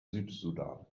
südsudan